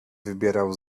wybierał